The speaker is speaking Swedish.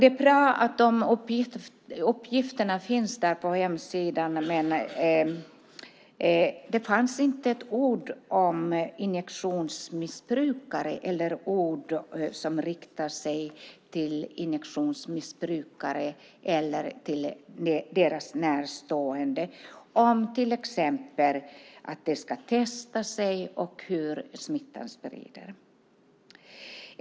Det är bra att de här uppgifterna finns på hemsidan. Men det fanns inte ett ord om injektionsmissbrukare eller några ord som riktar sig till injektionsmissbrukare eller till deras närstående, till exempel om att de ska testa sig och om hur smittan sprids.